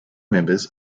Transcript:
members